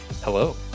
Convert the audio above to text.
Hello